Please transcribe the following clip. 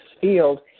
field